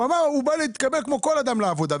בא להתקבל כמו כל אדם לעבודה,